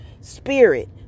spirit